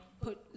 put